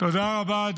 תודה רבה.